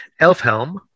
Elfhelm